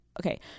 okay